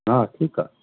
हा ठीकु आहे